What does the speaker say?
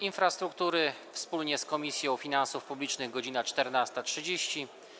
Infrastruktury wspólnie z Komisją Finansów Publicznych - godz. 14.30,